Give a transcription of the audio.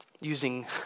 Using